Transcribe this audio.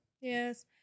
Yes